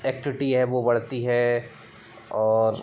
activity है वो बढ़ती है और